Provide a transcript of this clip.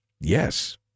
Yes